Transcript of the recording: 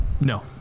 No